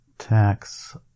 Tax